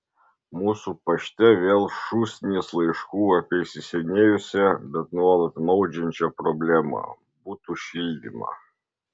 mūsų pašte vėl šūsnys laiškų apie įsisenėjusią bet nuolat maudžiančią problemą butų šildymą